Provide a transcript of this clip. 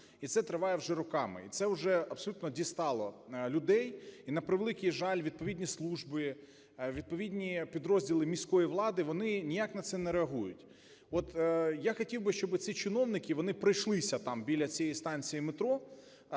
І це триває вже роками. І це вже абсолютно дістало людей. І на превеликий жаль, відповідні служби, відповідні підрозділи міської влади вони ніяк на це не реагують. От я хотів би, щоб ці чиновники вони пройшлися там біля цієї станції метро,